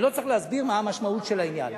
אני לא צריך להסביר מה המשמעות של העניין.